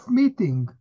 meeting